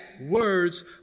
words